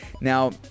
Now